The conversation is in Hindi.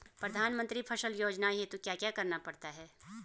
प्रधानमंत्री फसल योजना हेतु क्या क्या करना पड़ता है?